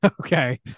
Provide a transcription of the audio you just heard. okay